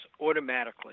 automatically